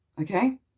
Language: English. okay